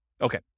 Okay